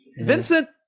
Vincent